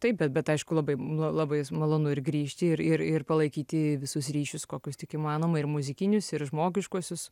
taip bet aišku labai labai malonu ir grįžti ir ir palaikyti visus ryšius kokius tik įmanoma ir muzikinius ir žmogiškuosius